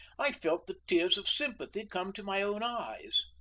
i felt the tears of sympathy come to my own eyes.